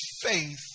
faith